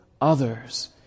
others